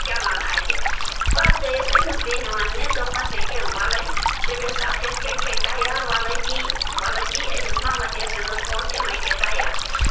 چلان اَتہِ بہٕ حظ گٔیَس أمِس بٮ۪نہِ وَنٛنہِ دۄپمَس ییٚکے وَلٕے سِٹیٹ سَبجَکٹ ہٕے چھےٚ تیار وَلے دِیہِ وَلَے دِیہِ أمِس محمد یاسیٖنَس پونٛسہٕ یِم ہے چھے تیار